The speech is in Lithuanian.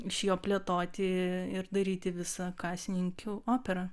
iš jo plėtoti ir daryti visą kasininkių operą